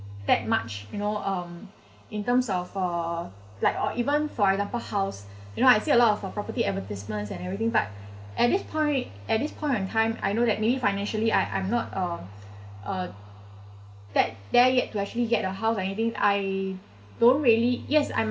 that much you know um in terms of uh like or even for example house you know I see a lot of uh property advertisements and everything but at this point at this point of time I know that maybe financially I I'm not uh uh that there yet to actually get a house or anything I don't really yes I